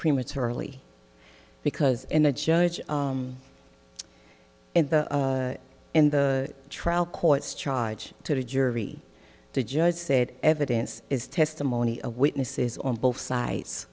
prematurely because in a judge and in the trial courts charge to the jury the judge said evidence is testimony of witnesses on both sides